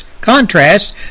contrast